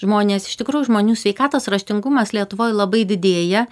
žmonės iš tikrųjų žmonių sveikatos raštingumas lietuvoj labai didėja